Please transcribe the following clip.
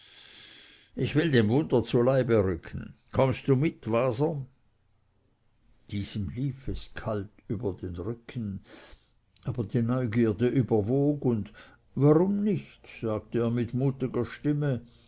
ich will dem wunder zu leibe rücken kommst du mit waser diesem lief es kalt über den rücken aber die neugierde überwog und warum nicht sagte er mit mutiger stimme